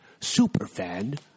superfan